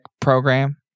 program